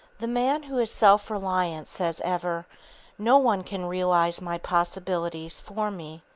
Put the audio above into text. the man who is self-reliant says ever no one can realize my possibilities for me,